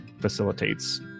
facilitates